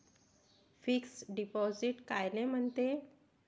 Fix deposit कायले म्हनते?